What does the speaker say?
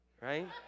right